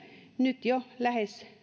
nyt jo lähes